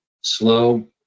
slow